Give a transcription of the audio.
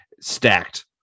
Stacked